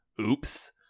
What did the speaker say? oops